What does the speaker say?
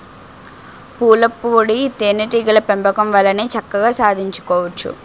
పూలపుప్పొడి తేనే టీగల పెంపకం వల్లనే చక్కగా సాధించుకోవచ్చును